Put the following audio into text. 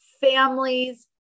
families